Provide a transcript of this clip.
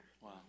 Wow